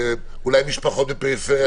שלא ישחקו במשחק הזה.